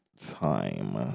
time